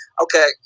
Okay